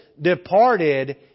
departed